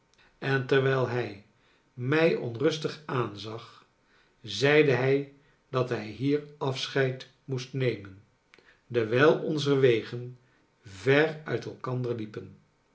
en terwijl hij mij onrustigaanzag zeide hij dat hij hier afscheid moest nemen dewijl onze wegen ver uit elkander liepen